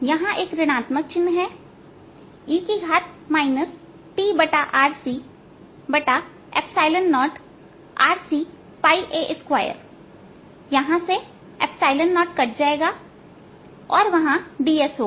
यहां एक ऋण आत्मक चिन्ह है e tRC0RCa2 यहां से 0कट जाएगा और वहां ds होगा